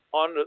on